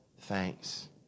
thanks